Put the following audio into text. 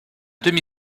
demi